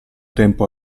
tempo